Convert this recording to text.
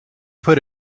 put